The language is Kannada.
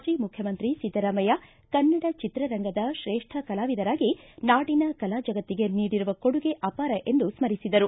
ಮಾಜಿ ಮುಖ್ಯಮಂತ್ರಿ ಸಿದ್ದರಾಮಯ್ಯ ಕನ್ನಡ ಚಿತ್ರರಂಗದ ಶ್ರೇಷ್ಠ ಕಲಾವಿದರಾಗಿ ನಾಡಿನ ಕಲಾವಿದರಾಗಿ ನಾಡಿನ ಕಲಾ ಜಗತ್ತಿಗೆ ನೀಡಿರುವ ಕೊಡುಗೆ ಅಪಾರ ಎಂದು ಸ್ಥರಿಸಿದರು